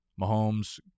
Mahomes